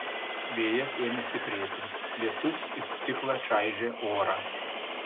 vėjas ėmė stiprėti lietus it stiklą čaižė orą